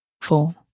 four